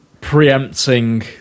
preempting